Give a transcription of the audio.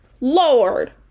Lord